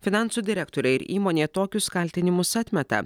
finansų direktorė ir įmonė tokius kaltinimus atmeta